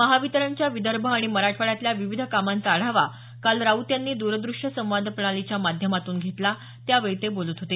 महावितरणच्या विदर्भ आणि मराठवाड्यातल्या विविध कामांचा आढावा काल राऊत यांनी द्रद्रश्य संवाद प्रणालीच्या माध्यमातून घेतला त्यावेळी ते बोलत होते